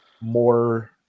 more